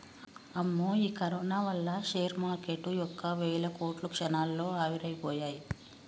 అమ్మో ఈ కరోనా వల్ల షేర్ మార్కెటు యొక్క వేల కోట్లు క్షణాల్లో ఆవిరైపోయాయి